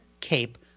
Cape